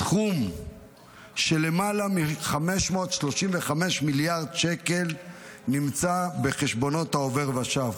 סכום של למעלה מ-535 מיליארד שקל נמצא בחשבונות העובר ושב.